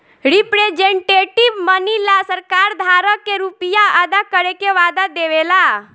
representative money ला सरकार धारक के रुपिया अदा करे के वादा देवे ला